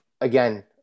again